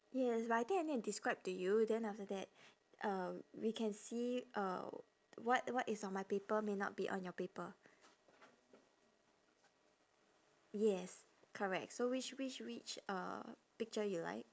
yes but I think I need to describe to you then after that uh we can see uh what what is on my paper may not be on your paper yes correct so which which which uh picture you like